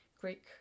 Greek